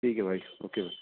ٹھیک ہے بھائی اوکے بھائی